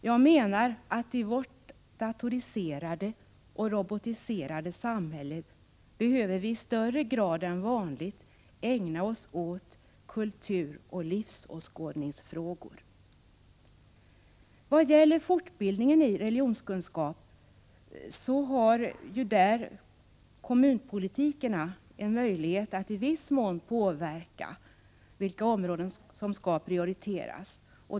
Jag menar att vi i vårt datoriserade och robotiserade samhälle högre grad än vanligt behöver ägna oss åt kulturoch livsåskådningsfrågor. Vad gäller fortbildning i religionskunskap har kommunalpolitiker möjlighet att i viss mån påverka vilka områden som skall prioriteras.